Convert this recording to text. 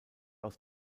aus